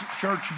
church